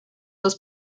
dos